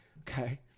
Okay